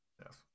Yes